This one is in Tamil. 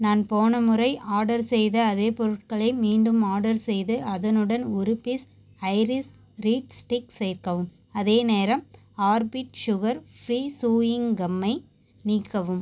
நான் போன முறை ஆர்டர் செய்த அதே பொருட்களை மீண்டும் ஆர்டர் செய்து அதனுடன் ஒரு பீஸ் ஐரிஸ் ரீட் ஸ்டிக்ஸ் சேர்க்கவும் அதேநேரம் ஆர்பிட் சுகர் ஃப்ரீ சூயிங் கம்மை நீக்கவும்